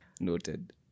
Noted